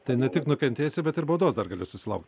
tai ne tik nukentėsi bet ir baudos dar gali susilaukt